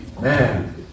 man